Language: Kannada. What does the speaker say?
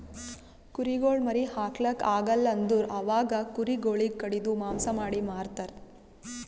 ಕುರಿಗೊಳ್ ಮರಿ ಹಾಕ್ಲಾಕ್ ಆಗಲ್ ಅಂದುರ್ ಅವಾಗ ಕುರಿ ಗೊಳಿಗ್ ಕಡಿದು ಮಾಂಸ ಮಾಡಿ ಮಾರ್ತರ್